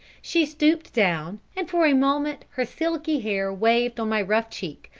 she stooped down, and for a moment her silky hair waved on my rough cheek,